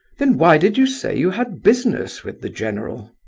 then why did you say you had business with the general?